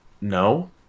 no